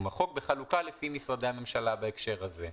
בחלוקה לפי משרדי הממשלה בהקשר הזה,